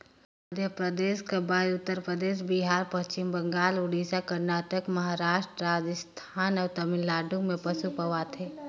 मध्यपरदेस कर बाद उत्तर परदेस, बिहार, पच्छिम बंगाल, उड़ीसा, करनाटक, महारास्ट, राजिस्थान अउ तमिलनाडु में पसु पवाथे